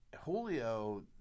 Julio